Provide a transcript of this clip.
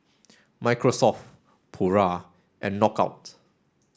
Microsoft Pura and Knockout